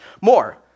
more